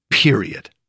period